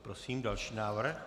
Prosím, další návrh.